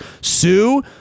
Sue